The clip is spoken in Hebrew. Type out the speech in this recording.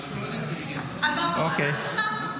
על מה, בוועדה שלך?